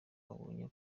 abonye